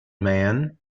man